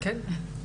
כן.